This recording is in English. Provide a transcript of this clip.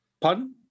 Pardon